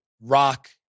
Rock